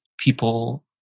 people